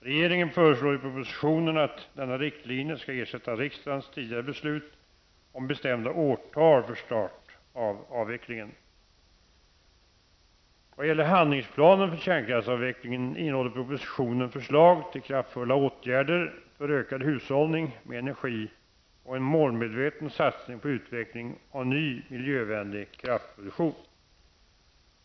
Regeringen föreslår i propositionen att denna riktlinje skall ersätta riksdagens tidigare beslut om bestämda årtal för start av avvecklingen. Vad gäller handlingsplanen för kärnkraftsavvecklingen, innehåller propositionen förslag till kraftfulla åtgärder för ökad hushållning med energi och en målmedveten satsning på utveckling av ny miljövänlig kraftproduktion.